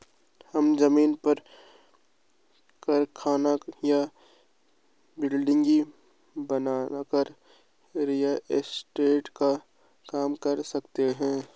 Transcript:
हम जमीन पर कारखाना या बिल्डिंग बनाकर रियल एस्टेट का काम कर सकते है